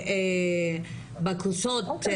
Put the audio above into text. כן לזכות.